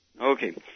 Okay